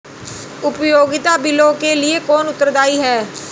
उपयोगिता बिलों के लिए कौन उत्तरदायी है?